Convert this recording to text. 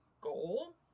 goal